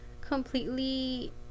completely